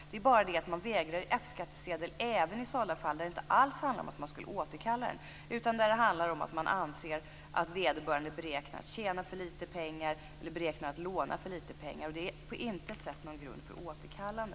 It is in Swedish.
Men man vägrar F-skattsedel även i sådana fall där det inte alls handlar om ett återkallande, utan om att vederbörande beräknas tjäna för litet pengar eller låna för litet pengar. Det är på intet sätt någon grund för återkallande.